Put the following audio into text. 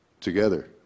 Together